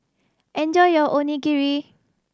enjoy your Onigiri